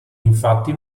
infatti